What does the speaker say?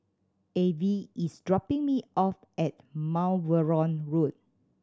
Avie is dropping me off at Mount Vernon Road